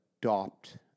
adopt